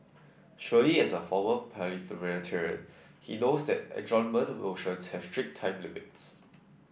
surely as a former parliamentarian he knows that adjournment motions have strict time limits